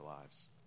lives